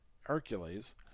Hercules